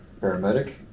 paramedic